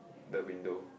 the window